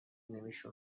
نمیشه